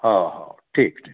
हाओ हाओ ठीक ठीक